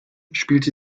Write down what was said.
spielte